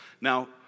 Now